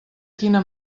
quina